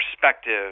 perspective